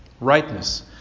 Rightness